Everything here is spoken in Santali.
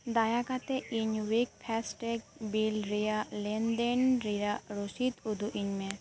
ᱫᱟᱭᱟ ᱠᱟᱛᱮ ᱤᱧ ᱩᱭᱤᱠ ᱯᱷᱟᱥᱴ ᱴᱮᱜ ᱵᱤᱞ ᱨᱮᱭᱟᱜ ᱞᱮᱱᱫᱮᱱ ᱨᱮᱭᱟᱜ ᱨᱚᱥᱤᱫ ᱩᱫᱩᱜ ᱟᱹᱧᱢᱮ